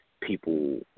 people